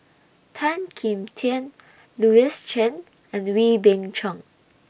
Tan Kim Tian Louis Chen and Wee Beng Chong